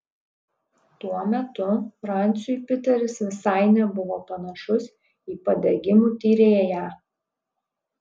tuo metu franciui piteris visai nebuvo panašus į padegimų tyrėją